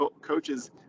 coaches